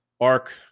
ARC